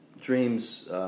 dreams